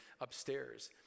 upstairs